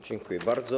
Dziękuję bardzo.